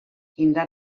indar